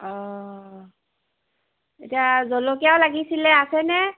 অঁ এতিয়া জলকীয়াও লাগিছিলে আছেনে